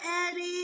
Eddie